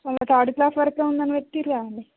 so third class వరకే ఉంది అని పెట్టారు కదా అండి